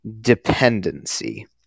dependency